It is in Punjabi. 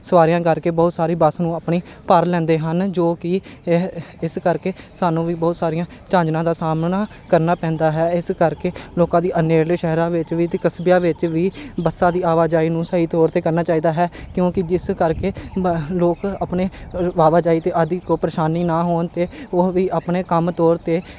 ਸਵਾਰੀਆਂ ਕਰਕੇ ਬਹੁਤ ਸਾਰੀ ਬੱਸ ਨੂੰ ਆਪਣੀ ਭਰ ਲੈਂਦੇ ਹਨ ਜੋ ਕਿ ਇਹ ਇਸ ਕਰਕੇ ਸਾਨੂੰ ਵੀ ਬਹੁਤ ਸਾਰੀਆਂ ਝਾਂਜਨਾ ਦਾ ਸਾਹਮਣਾ ਕਰਨਾ ਪੈਂਦਾ ਹੈ ਇਸ ਕਰਕੇ ਲੋਕਾਂ ਦੀ ਨੇੜਲੇ ਸ਼ਹਿਰਾਂ ਵਿੱਚ ਵੀ ਅਤੇ ਕਸਬਿਆਂ ਵਿੱਚ ਵੀ ਬੱਸਾਂ ਦੀ ਆਵਾਜਾਈ ਨੂੰ ਸਹੀ ਤੌਰ 'ਤੇ ਕਰਨਾ ਚਾਹੀਦਾ ਹੈ ਕਿਉਂਕਿ ਜਿਸ ਕਰਕੇ ਬ ਲੋਕ ਆਪਣੇ ਆ ਆਵਾਜਾਈ ਦੇ ਆਦੀ ਕੋ ਪਰੇਸ਼ਾਨੀ ਨਾ ਹੋਣ ਅਤੇ ਉਹ ਵੀ ਆਪਣੇ ਕੰਮ ਤੋਰ 'ਤੇ